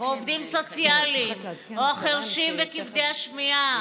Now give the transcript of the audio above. עובדים סוציאליים או חירשים וכבדי שמיעה,